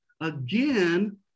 again